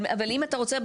אבל אם אתה רוצה,